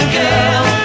girl